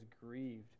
grieved